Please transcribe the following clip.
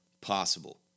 possible